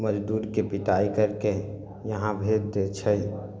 मजदूर के पिटाइ करिके यहाँ भेज दै छै